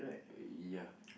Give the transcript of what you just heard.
ya